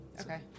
Okay